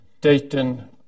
Dayton